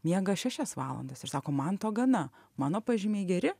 miega šešias valandas ir sako man to gana mano pažymiai geri